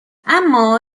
اما